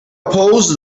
oppose